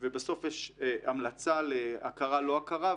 ובסוף יש המלצה להכרה או לא הכרה,